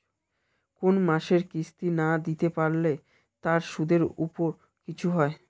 কোন মাসের কিস্তি না দিতে পারলে তার সুদের উপর কিছু হয়?